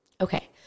Okay